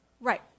Right